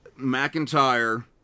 mcintyre